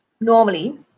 normally